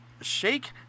Shake